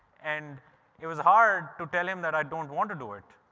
and it was hard to tell him that i don't want to do it.